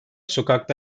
sokakta